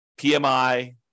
PMI